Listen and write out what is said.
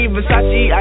Versace